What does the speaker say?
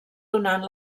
donant